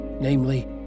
namely